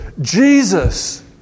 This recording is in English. Jesus